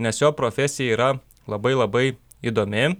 nes jo profesija yra labai labai įdomi